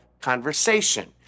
conversation